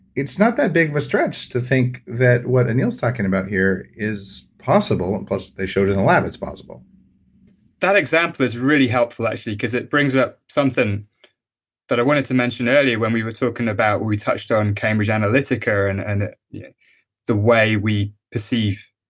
it's not that big of a stretch to think that what anil's talking about here is possible, plus they showed it in the lab, it's possible that example is really helpful, actually, because it brings up something that i wanted to mention earlier when we were talking about. when we touched on cambridge analytica and and yeah the way we perceive